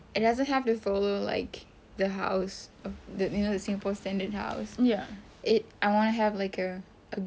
it doesn't have to follow like the house you know the singapore standard house it I want to have like a a good